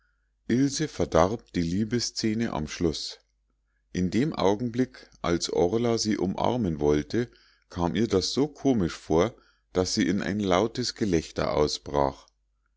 ilse verdarb die liebesszene am schluß in dem augenblick als orla sie umarmen wollte kam ihr das so komisch vor daß sie in ein lautes gelächter ausbrach